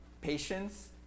patience